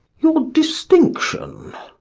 your distinction?